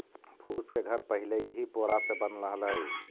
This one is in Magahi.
फूस के घर पहिले इही पोरा से बनऽ हलई